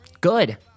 Good